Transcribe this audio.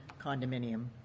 condominium